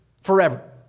forever